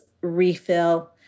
refill